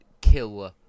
kill